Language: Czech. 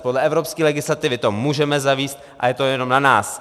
Podle evropské legislativy to můžeme zavést a je to jenom na nás.